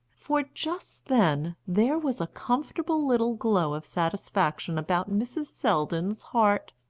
for just then there was a comfortable little glow of satisfaction about mrs. selldon's heart.